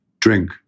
drink